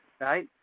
right